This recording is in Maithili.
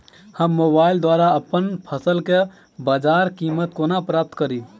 हम मोबाइल द्वारा अप्पन फसल केँ बजार कीमत कोना प्राप्त कड़ी?